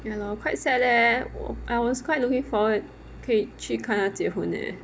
ya lor quite sad leh 我 I was quite looking forward 可以去看他结婚 eh